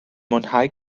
mwynhau